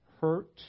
hurt